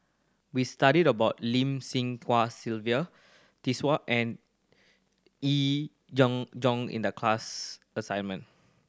we studied about Lim Sylvia and Yee John Jong in the class assignment